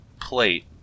plate